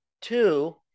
two